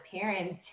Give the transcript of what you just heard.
parents